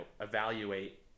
evaluate